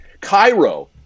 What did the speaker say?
Cairo